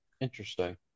Interesting